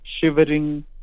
shivering